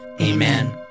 Amen